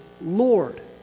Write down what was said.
Lord